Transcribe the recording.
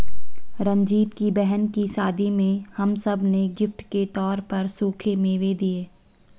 रंजीत की बहन की शादी में हम सब ने गिफ्ट के तौर पर सूखे मेवे दिए